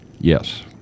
Yes